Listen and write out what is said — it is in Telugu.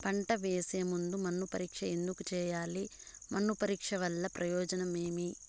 పంట వేసే ముందు మన్ను పరీక్ష ఎందుకు చేయాలి? మన్ను పరీక్ష వల్ల ప్రయోజనం ఏమి?